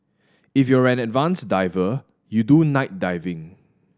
if you're an advanced diver you do night diving